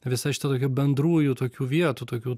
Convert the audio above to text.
visa šita tokia bendrųjų tokių vietų tokių